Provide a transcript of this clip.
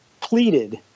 pleaded